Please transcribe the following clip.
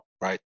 Right